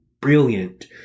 brilliant